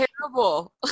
terrible